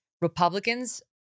Republicans